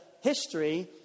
history